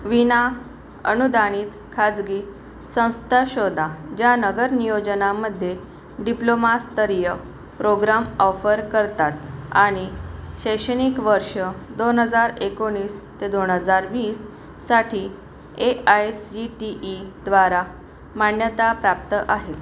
विना अनुदानित खाजगी संस्था शोधा ज्या नगर नियोजनामध्ये डिप्लोमास्तरीय प्रोग्राम ऑफर करतात आणि शैक्षणिक वर्ष दोन हजार एकोणवीस ते दोन हजार वीससाठी ए आय सी टी ईद्वारा मान्यताप्राप्त आहेत